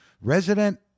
resident